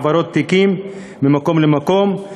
העברות תיקים ממקום למקום.